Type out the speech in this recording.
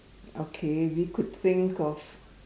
okay we could think of